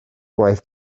gwaith